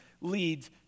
leads